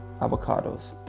avocados